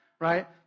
right